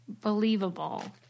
believable